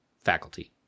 faculty